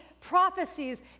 prophecies